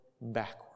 backwards